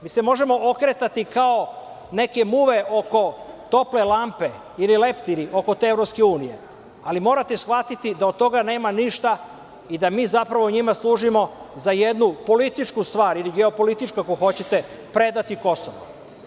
Mi se možemo okretati kao neke muve oko tople lampe ili leptiri oko te EU, ali morate shvatiti da od toga nema ništa i da mi zapravo njima služimo za jednu političku stvar ili geopolitičku, ako hoćete, predati Kosovo.